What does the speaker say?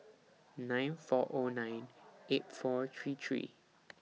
nine five Zero nine eight four three three